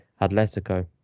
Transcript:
Atletico